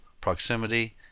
proximity